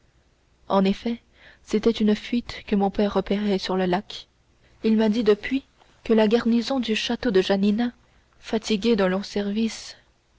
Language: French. en effet c'était une fuite que mon père opérait sur le lac il m'a dit depuis que la garnison du château de janina fatiguée d'un long service